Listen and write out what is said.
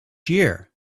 year